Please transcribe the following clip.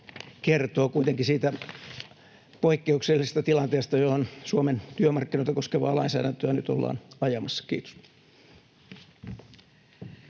kertoo kuitenkin siitä poikkeuksellisesta tilanteesta, johon Suomen työmarkkinoita koskevaa lainsäädäntöä nyt ollaan ajamassa. — Kiitos.